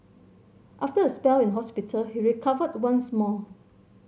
after a spell in hospital he recovered once more